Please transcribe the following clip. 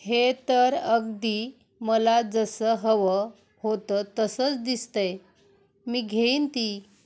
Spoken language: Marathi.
हे तर अगदी मला जसं हवं होतं तसंच दिसतं आहे मी घेईन ती